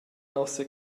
nossa